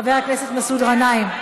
הינה, הוא פה.